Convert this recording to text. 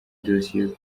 dosiye